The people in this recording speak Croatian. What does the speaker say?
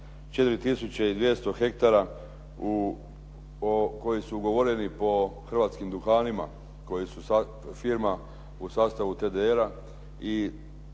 4200 ha koji su ugovoreni po hrvatskim duhanima, koji su firma u sastavu TDR-a i